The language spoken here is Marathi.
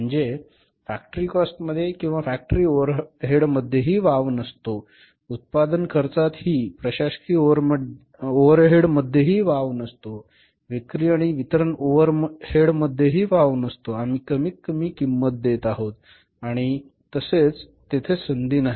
म्हणजे फॅक्टरी कॉस्टमध्ये किंवा फॅक्टरी ओव्हरहेडमध्येही वाव नसतो उत्पादन खर्चातही प्रशासकीय ओव्हरहेडमध्ये वाव नसतो विक्री आणि वितरण ओव्हरहेडमध्ये आम्ही कमीतकमी किंमत देत आहोत आणि आहे तसेच तेथे संधी नाही